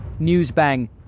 Newsbang